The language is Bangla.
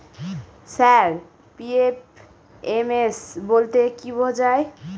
স্যার পি.এফ.এম.এস বলতে কি বোঝায়?